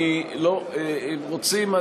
אם רוצים,